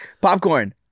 Popcorn